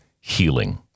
healing